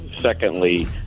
Secondly